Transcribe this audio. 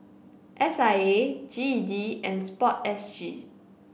S I A G E D and sport S G